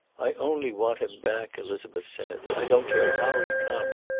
i only want him back, elizabeth said. i don't care how he comes,